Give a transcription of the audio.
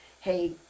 hey